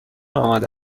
آمده